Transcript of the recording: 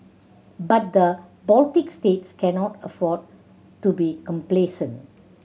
but the Baltic states cannot afford to be complacent